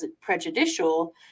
prejudicial